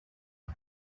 frw